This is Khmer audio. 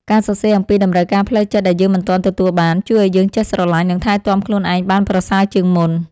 ការសរសេរអំពីតម្រូវការផ្លូវចិត្តដែលយើងមិនទាន់ទទួលបាន ជួយឱ្យយើងចេះស្រឡាញ់ និងថែទាំខ្លួនឯងបានប្រសើរជាងមុន។